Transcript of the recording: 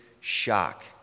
shock